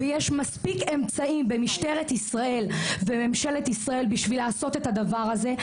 יש מספיק אמצעים במשטרת ישראל ובממשלת ישראל על מנת לעשות את הדבר הזה.